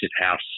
House